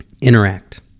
interact